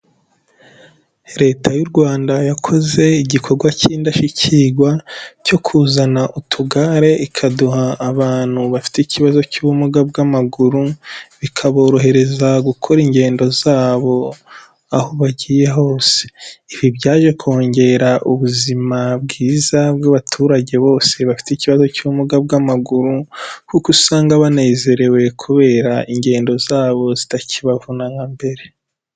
Leta y'u Rwanda yakoze igikorwa cy'indashyikirwa cyo kuzana utugare ikaduha abantu bafite ikibazo cy'ubumuga bw'amaguru, bikaborohereza gukora ingendo zabo aho bagiye hose. Ibi byaje kongera ubuzima bwiza bw'abaturage bose bafite ikibazo cy'ubumuga bw'amaguru, kuko usanga banezerewe kubera ingendo zabo zitakibavuna nka mbere.